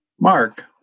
Mark